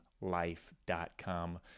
life.com